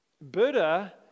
Buddha